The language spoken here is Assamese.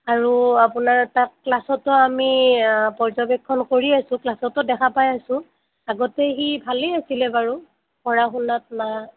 আৰু আপোনাৰ তাক ক্লাছতো আমি পৰ্যবেক্ষণ কৰি আছোঁ ক্লাছতো দেখা পাই আছোঁ আগতে সি ভালেই আছিলে বাৰু পঢ়া শুনাত না